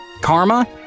Karma